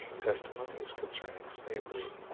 testimonies concerning slavery.